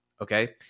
Okay